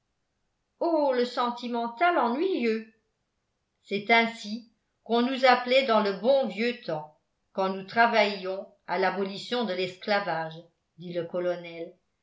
oh le sentimental ennuyeux c'est ainsi qu'on nous appelait dans le bon vieux temps quand nous travaillions à l'abolition de l'esclavage dit le colonel